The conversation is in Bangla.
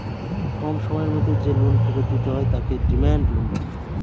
কম সময়ের মধ্যে যে লোন ফেরত দিতে হয় তাকে ডিমান্ড লোন বলে